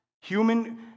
Human